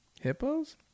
hippos